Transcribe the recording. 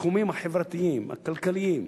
בתחומים החברתיים, הכלכליים,